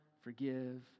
forgive